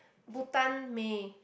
Butan may